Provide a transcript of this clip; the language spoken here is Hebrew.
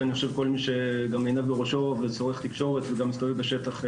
אני חושב שכל מי שעיניו בראשו וצורך תקשורת וגם מסתובב בשטח,